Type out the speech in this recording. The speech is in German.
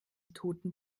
toten